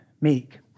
Meek